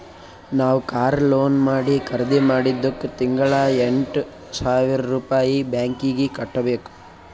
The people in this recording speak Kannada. ನಾವ್ ಕಾರ್ ಲೋನ್ ಮಾಡಿ ಖರ್ದಿ ಮಾಡಿದ್ದುಕ್ ತಿಂಗಳಾ ಎಂಟ್ ಸಾವಿರ್ ರುಪಾಯಿ ಬ್ಯಾಂಕೀಗಿ ಕಟ್ಟಬೇಕ್